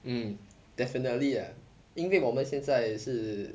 mm definitely uh 因为我们现在是